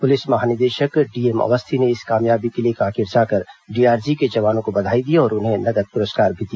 police महानिदेशक DM Awasthi ने इस कामयाबी के लिए कांकेर जाकर डीआरजी के जवानों को बधाई दी और उन्हें नगद पुरस्कार भी दिया